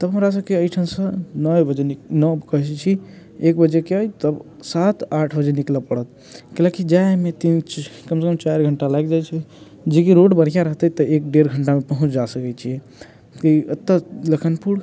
तऽ हमरासभके एहिठामसँ नओए बजे नओ कहै छी एक बजेके अइ तऽ सात आठ बजे निकलय पड़त कियाकि जायमे तीन कमसँ कम चारि घंटा लागि जाइत छै जे कि रोड बढ़िआँ रहतै तऽ एक डेढ़ घंटामे पहुँच जा सकैत छियै ई एतय लखनपुर